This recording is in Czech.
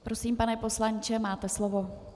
Prosím, pane poslanče, máte slovo.